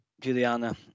Juliana